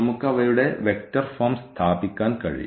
നമുക്ക് അവയുടെ vector form സ്ഥാപിക്കാൻ കഴിയും